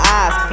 eyes